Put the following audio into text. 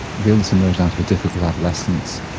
the illness emerged out of a difficult adolescence,